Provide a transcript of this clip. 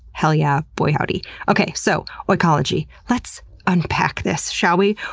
hell yeah, boy howdy. okay, so, oikology. let's unpack this, shall we?